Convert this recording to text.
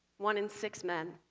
one in six men.